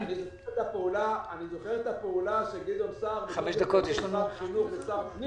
אני זוכר את הפעולה שגדעון סער עשה כשר החינוך וכשר הפנים